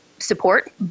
Support